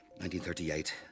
1938